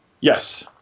Yes